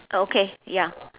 uh okay ya